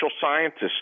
scientists